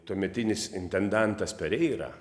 tuometinis intendantas pereira